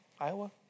Iowa